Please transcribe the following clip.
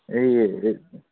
এই